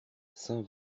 saint